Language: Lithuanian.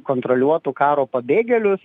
kontroliuotų karo pabėgėlius